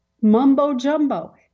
mumbo-jumbo